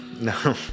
No